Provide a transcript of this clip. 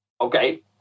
okay